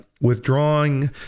Withdrawing